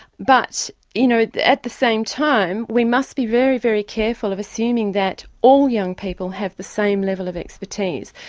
but you know at the same time we must be very, very careful of assuming that all young people have the same level of expertise.